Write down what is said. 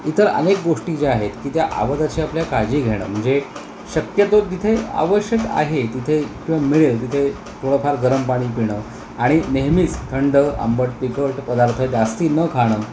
इतर अनेक गोष्टी ज्या आहेत की त्या आवाजाची आपल्या काळजी घेणं म्हणजे शक्यतो तिथे आवश्यक आहे तिथे किंवा मिळेल तिथे थोडंफार गरम पाणी पिणं आणि नेहमीच थंड आंबट तिखट पदार्थ जास्ती न खाणं